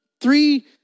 Three